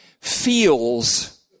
feels